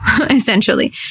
essentially